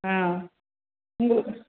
ஆ உங்களுக்கு